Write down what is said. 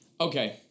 Okay